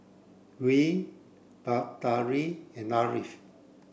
Dwi Batari and Ariff